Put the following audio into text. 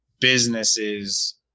businesses